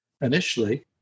initially